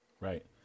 right